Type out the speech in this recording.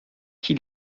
qui